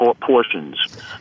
portions